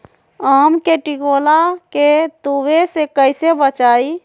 आम के टिकोला के तुवे से कैसे बचाई?